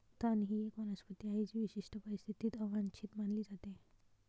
तण ही एक वनस्पती आहे जी विशिष्ट परिस्थितीत अवांछित मानली जाते